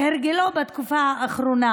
כהרגלו בתקופה האחרונה.